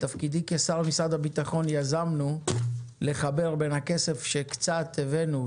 בתפקידי כשר במשרד הביטחון יזמנו לחבר בין הכסף שקצת הבאנו,